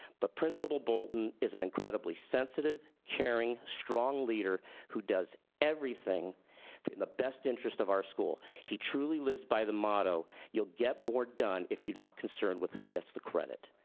but principal boulton is an incredibly sensitive, caring, strong leader who does everything for the best interest of our school. he truly lives by the motto you'll get more done if you're not concerned with who gets the credit.